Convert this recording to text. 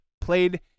played